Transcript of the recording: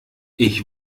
ich